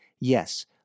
Yes